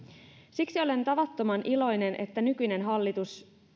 siksi olen tavattoman iloinen että nykyinen hallitus